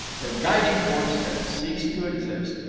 her guiding force, had ceased to exist.